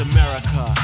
America